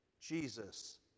Jesus